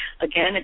Again